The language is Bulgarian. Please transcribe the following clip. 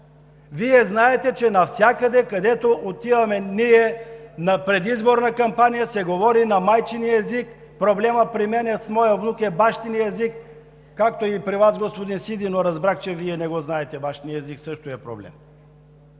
Вие знаете, че навсякъде, където ние отиваме на предизборна кампания, се говори на майчиния език. При мен проблемът с моя внук е бащиният език, както и при Вас, господин Сиди, но разбрах, че Вие не знаете бащиния език, което също е проблем.